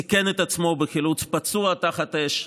סיכן את עצמו בחילוץ פצוע תחת אש.